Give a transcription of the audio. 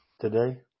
today